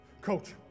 Coach